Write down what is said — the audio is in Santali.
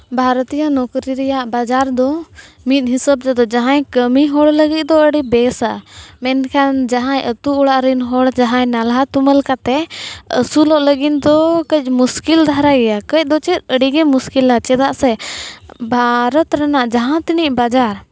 ᱵᱷᱟᱨᱚᱛᱤᱭᱚ ᱱᱚᱠᱨᱤ ᱨᱮᱭᱟᱜ ᱵᱟᱡᱟᱨᱫᱚ ᱢᱤᱫ ᱦᱤᱥᱟᱹᱵᱽ ᱛᱮᱫᱚ ᱡᱟᱦᱟᱸᱭ ᱠᱟᱹᱢᱤ ᱦᱚᱲ ᱞᱟᱹᱜᱤᱫ ᱫᱚ ᱟᱹᱰᱤ ᱵᱮᱥᱟ ᱢᱮᱱᱠᱷᱟᱱ ᱡᱟᱦᱟᱸᱭ ᱟᱹᱛᱩ ᱚᱲᱟᱜᱨᱮᱱ ᱦᱚᱲ ᱡᱟᱦᱟᱸᱭ ᱱᱟᱞᱦᱟᱼᱛᱩᱢᱟᱹᱞ ᱠᱟᱛᱮᱫ ᱟᱹᱥᱩᱞᱚᱜ ᱞᱟᱹᱜᱤᱫ ᱫᱚ ᱠᱟᱹᱡ ᱢᱩᱥᱠᱤᱞ ᱫᱷᱟᱨᱟ ᱜᱮᱭᱟ ᱠᱟᱹᱡᱫᱚ ᱪᱮᱫ ᱟᱹᱰᱤᱜᱮ ᱢᱩᱥᱠᱤᱞᱟ ᱪᱮᱫᱟᱜ ᱥᱮ ᱵᱷᱟᱨᱚᱛ ᱨᱮᱱᱟᱜ ᱡᱟᱦᱟᱸ ᱛᱤᱱᱟᱹᱜ ᱵᱟᱡᱟᱨ